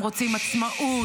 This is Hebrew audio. הם רוצים עצמאות,